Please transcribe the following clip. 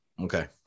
Okay